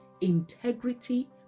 integrity